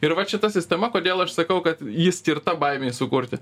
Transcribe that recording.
ir vat šita sistema kodėl aš sakau kad ji skirta baimei sukurti